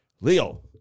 Leo